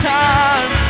time